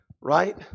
right